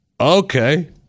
okay